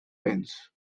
béns